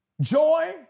joy